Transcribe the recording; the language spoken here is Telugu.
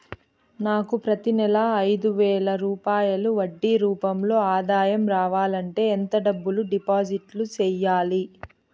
నాకు ప్రతి నెల ఐదు వేల రూపాయలు వడ్డీ రూపం లో ఆదాయం రావాలంటే ఎంత డబ్బులు డిపాజిట్లు సెయ్యాలి?